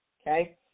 Okay